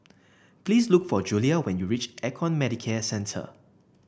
please look for Julia when you reach Econ Medicare Centre